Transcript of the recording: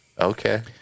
Okay